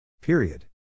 Period